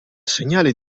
segnale